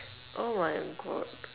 oh my god